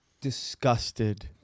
Disgusted